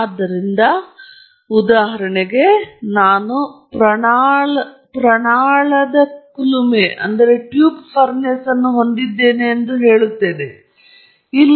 ಆದ್ದರಿಂದ ಉದಾಹರಣೆಗೆ ನಾನು ಪೆಟ್ಟಿಗೆಯ ಕುಲುಮೆಯನ್ನು ಹೊಂದಿದ್ದೇನೆ ಎಂದು ಹೇಳುತ್ತೇನೆ ಕ್ಷಮಿಸಿ ಟ್ಯೂಬ್ ಫರ್ನೇಸ್